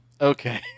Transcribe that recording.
Okay